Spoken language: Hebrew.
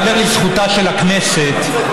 ייאמר לזכותה של הכנסת,